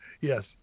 Yes